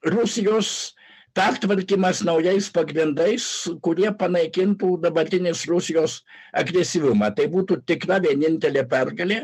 rusijos pertvarkymas naujais pagrindais kurie panaikintų dabartinės rusijos agresyvumą tai būtų tikra vienintelė pergalė